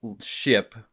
ship